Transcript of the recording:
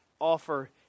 offer